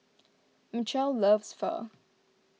Mitchel loves Pho